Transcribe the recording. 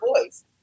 voice